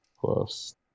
plus